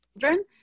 children